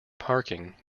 parking